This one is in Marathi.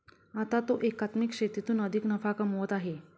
आता तो एकात्मिक शेतीतून अधिक नफा कमवत आहे